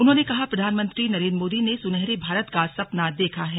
उन्होंने कहा प्रधानमंत्री नरेंद्र मोदी ने सुनहरे भारत का सपना देखा है